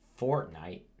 Fortnite